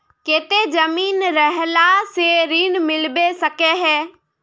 केते जमीन रहला से ऋण मिलबे सके है?